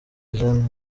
eugene